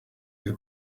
kuri